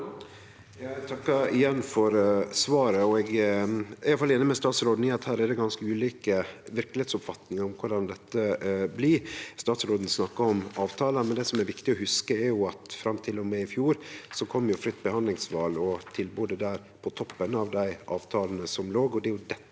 takkar igjen for svaret. Eg er i alle fall einig med statsråden i at her er det ganske ulike verkelegheitsoppfatningar om korleis dette blir. Statsråden snakkar om avtalar, men det som er viktig å hugse, er at fram til og med i fjor kom fritt behandlingsval og tilbodet der på toppen av dei avtalane som låg